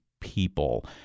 people